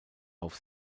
auf